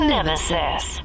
Nemesis